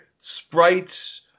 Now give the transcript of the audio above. sprites